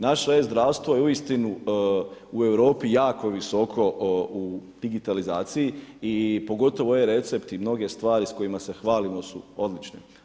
Naše e-zdravstvo je uistinu u Europi jako visoko u digitalizaciji i pogotovo e-recepti, mnoge stvari s kojima se hvalimo su odlične.